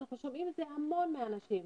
אנחנו שומעים את זה המון מאנשים.